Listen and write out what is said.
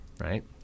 right